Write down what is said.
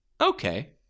okay